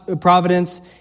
providence